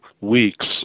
weeks